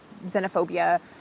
xenophobia